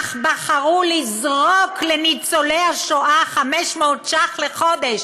אך בחרו לזרוק לניצולי השואה 500 שקלים לחודש,